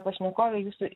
pašnekovė jūsų